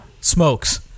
Smokes